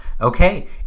Okay